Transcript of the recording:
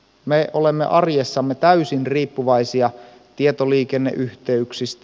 me olemme arjessamme täysin riippuvaisia tietoliikenneyhteyksistä